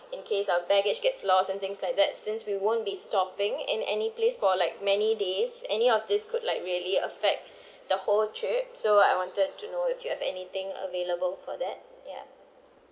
in case our baggage gets lost anything like that since we won't be stopping in any place for like many days any of this could like really affect the whole trip so I wanted to know if you have anything available for that ya